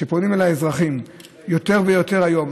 פונים אליי האזרחים יותר ויותר היום,